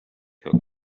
her